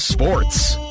Sports